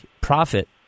profit